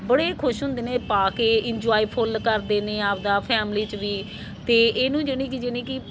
ਬੜੇ ਹੀ ਖੁਸ਼ ਹੁੰਦੇ ਨੇ ਇਹ ਪਾ ਕੇ ਇੰਜੋਏ ਫੁੱਲ ਕਰਦੇ ਨੇ ਆਪਦਾ ਫੈਮਿਲੀ 'ਚ ਵੀ ਅਤੇ ਇਹਨੂੰ ਯਾਨੀ ਕਿ ਯਾਨੀ ਕਿ